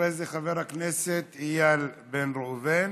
אחרי זה, חבר הכנסת איל בן ראובן,